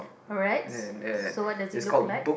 correct so what does it look like